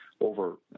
over